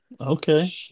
Okay